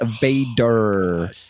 Vader